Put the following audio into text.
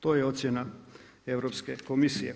To je ocjena Europske komisije.